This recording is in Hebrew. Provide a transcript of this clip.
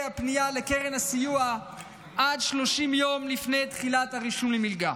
הפנייה לקרן הסיוע עד 30 יום לפני תחילת הרישום למלגה,